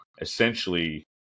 essentially